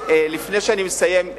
לפני שאני מסיים,